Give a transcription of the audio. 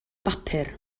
bapur